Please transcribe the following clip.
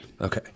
Okay